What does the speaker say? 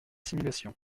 simulations